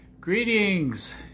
greetings